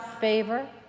favor